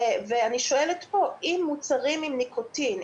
ואני שואלת פה: אם מוצרים עם ניקוטין,